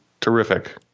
Terrific